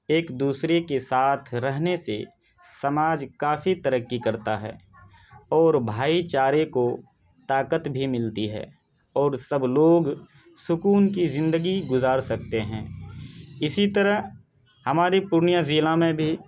ایک دوسرے کے ساتھ رہنے سے سماج کافی ترقی کرتا ہے اور بھائی چارے کو تاقت بھی ملتی ہے اور سب لوگ سکون کی زندگی گزار سکتے ہیں اسی طرح ہمارے پورنیا ضلع میں بھی